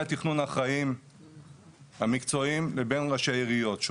התכנון האחראים המקצועיים לבין ראשי העיריות,